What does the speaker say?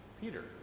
Peter